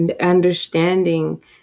understanding